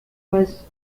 was